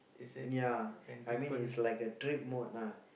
ya I mean is like a trip mode lah